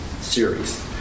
series